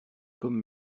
comme